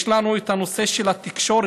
יש לנו את הנושא של התקשורת,